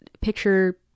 picture